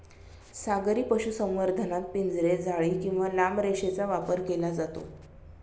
सागरी पशुसंवर्धनात पिंजरे, जाळी किंवा लांब रेषेचा वापर केला जातो